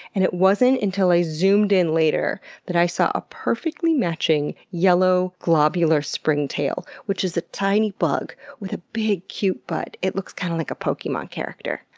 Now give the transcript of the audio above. and it wasn't until i zoomed in later that i saw a perfectly matching yellow globular spring tail, which is a tiny bug with a big cute butt. it looks kind of like a pokemon character.